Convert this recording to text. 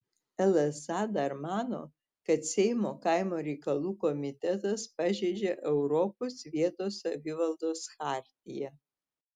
lsa dar mano kad seimo kaimo reikalų komitetas pažeidžia europos vietos savivaldos chartiją